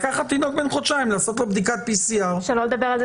לקחת תינוק בן חודשיים ולעשות לו בדיקת PCR. שלא לדבר על זה